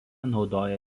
naudoja